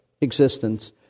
existence